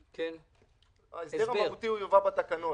ההסבר מהותי יובא בתקנות,